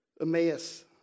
Emmaus